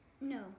No